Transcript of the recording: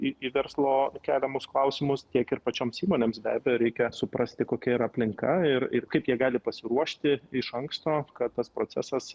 į į verslo keliamus klausimus tiek ir pačioms įmonėms be abejo reikia suprasti kokia yra aplinka ir ir kaip jie gali pasiruošti iš anksto kad tas procesas